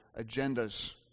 agendas